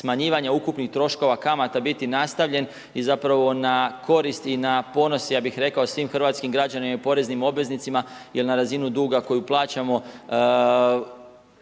smanjivanja ukupnih troškova kamata biti nastavljen i zapravo i na korist i na ponos, ja bih rekao, svim hrvatskim građanima i poreznim obveznicima, jer na razinu duga koju plaćamo,